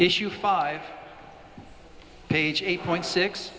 issue five page eight point six